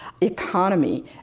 economy